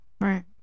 Right